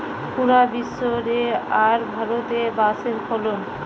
পুরা বিশ্ব রে আর ভারতে বাঁশের ফলন